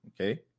Okay